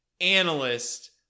analyst